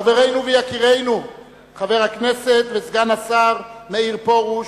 חברנו ויקירנו חבר הכנסת וסגן השר מאיר פרוש,